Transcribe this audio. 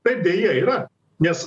taip deja yra nes